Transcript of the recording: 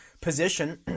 position